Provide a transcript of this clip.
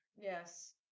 Yes